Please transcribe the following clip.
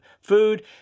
food